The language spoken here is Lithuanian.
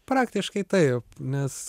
praktiškai taip nes